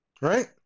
right